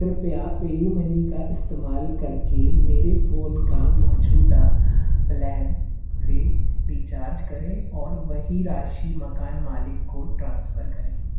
कृपया पेयूमनी का इस्तेमाल करके मेरे फ़ोन का मौजूदा प्लान से रिचार्ज करें और वही राशि मकान मालिक को ट्रांसफ़र करें